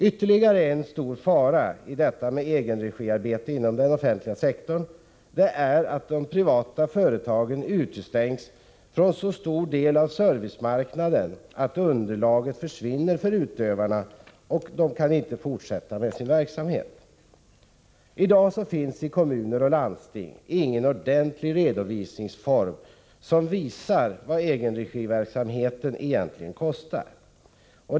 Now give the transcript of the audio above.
Ytterligare en stor fara med egenregiarbete inom den offentliga sektorn är att de privata företagen utestängs från så stor del av servicemarknaden att underlaget försvinner för utövarna, och de kan inte fortsätta med sin verksamhet. I dag finns i kommuner och landsting ingen ordentlig redovisningsform som visar vad egenregiverksamheten egentligen kostar.